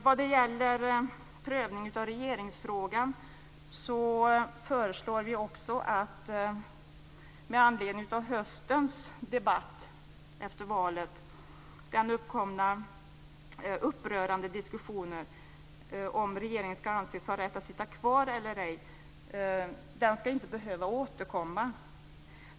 Vad gäller prövning av regeringsfrågan anser vi, med anledning av förra höstens debatt, att upprörande diskussioner inte ska behöva återkomma om huruvida regeringen ska anses ha rätt att sitta kvar eller ej.